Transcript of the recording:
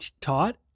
taught